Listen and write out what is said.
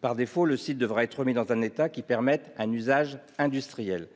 Par défaut, ce dernier devra être remis dans un état qui permette un usage industriel.